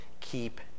keep